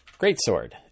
greatsword